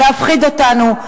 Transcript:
להפחיד אותנו.